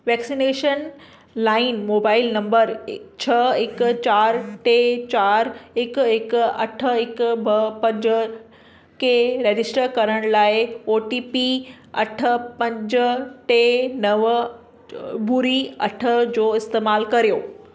vaccination line mobile number इ छह हिकु चारि टे चारि हिकु हिकु अठ हिकु ॿ पंज खे रजिस्टर करण लाइ ओ टी पी अठ पंज टे नव ॿुड़ी अठ जो इस्तेमालु करियो